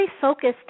focused